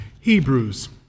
Hebrews